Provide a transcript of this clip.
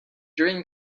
during